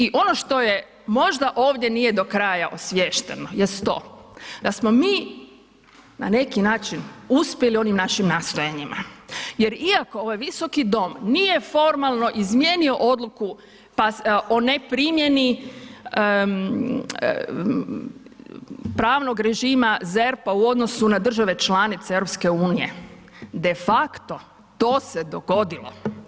I ono što možda ovdje nije do kraja osviješteno jest to da smo mi na neki način uspjeli onim našim nastojanjima, jer iako ovaj visoki dom nije formalno izmijenio odluku o neprimjeni pravnog režima ZERP-a u odnosu na države članice Europske unije de facto to se dogodilo.